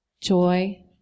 joy